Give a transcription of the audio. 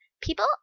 people